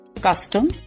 custom